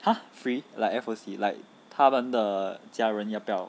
!huh! free like F_O_C like 他们的家人要不要